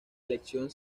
elección